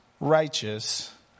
righteous